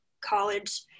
college